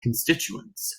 constituents